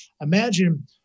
Imagine